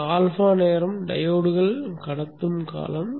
இந்த α நேரம் டையோட்கள் கடத்தும் காலம்